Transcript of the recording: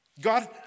God